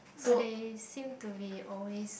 but they seem to be always